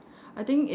I think it's